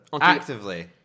actively